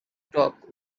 talk